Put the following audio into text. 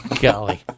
Golly